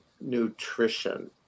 nutrition